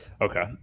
Okay